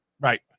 Right